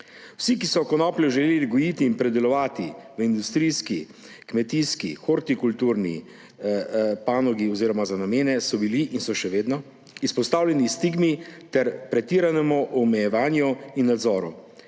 Vsi, ki so konopljo želeli gojiti in predelovati v industrijski, kmetijski, hortikulturni panogi oziroma za te namene, so bili in so še vedno izpostavljeni stigmi ter pretiranemu omejevanju in nadzoru.